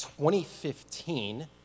2015